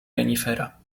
renifera